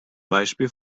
beispiel